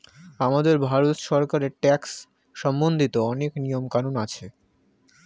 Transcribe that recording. আমাদের ভারত সরকারের ট্যাক্স সম্বন্ধিত অনেক নিয়ম কানুন আছে